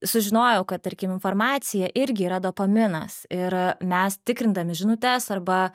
sužinojau kad tarkim informacija irgi yra dopaminas ir mes tikrindami žinutes arba